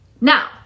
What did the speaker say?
Now